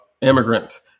immigrants